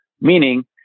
meaning